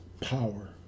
power